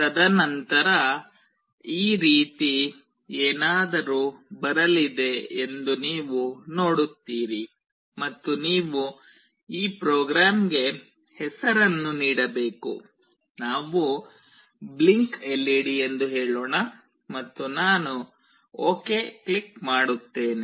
ತದನಂತರ ಈ ರೀತಿ ಏನಾದರೂ ಬರಲಿದೆ ಎಂದು ನೀವು ನೋಡುತ್ತೀರಿ ಮತ್ತು ನೀವು ಈ ಪ್ರೋಗ್ರಾಂಗೆ ಹೆಸರನ್ನು ನೀಡಬೇಕು ನಾವು blinkLED ಎಂದು ಹೇಳೋಣ ಮತ್ತು ನಾನು ಓಕೆ ಕ್ಲಿಕ್ ಮಾಡುತ್ತೇನೆ